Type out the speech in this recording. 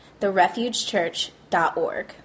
therefugechurch.org